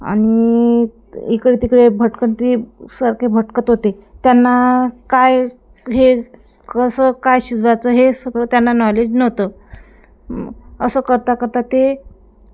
आणि इकडे तिकडे भटकंती सारखे भटकत होते त्यांना काय हे कसं काय शिजवायचं हे सगळं त्यांना नॉलेज नव्हतं असं करता करता ते